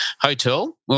hotel